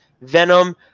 Venom